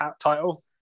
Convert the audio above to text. title